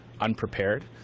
unprepared